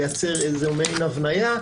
כלומר לייצר מעין הבניה,